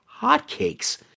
hotcakes